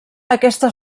aquesta